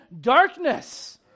darkness